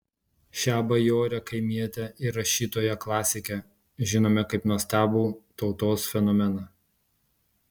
šią bajorę kaimietę ir rašytoją klasikę žinome kaip nuostabų tautos fenomeną